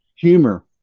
Humor